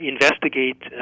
investigate